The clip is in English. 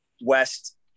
west